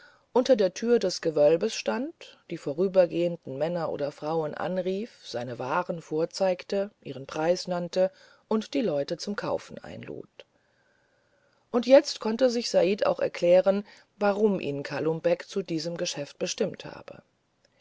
unter der türe des gewölbes stand die vorübergehenden männer oder frauen anrief seine waren vorzeigte ihren preis nannte und die leute zum kaufen einlud und jetzt konnte sich said auch erklären warum ihn kalum beck zu diesem geschäft bestimmt habe